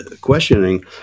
questioning